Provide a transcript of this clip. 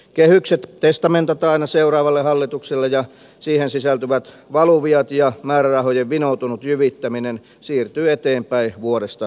kehykset testamentataan aina seuraavalle hallitukselle ja niihin sisältyvät valuviat ja määrärahojen vinoutunut jyvittäminen siirtyvät eteenpäin vuodesta toiseen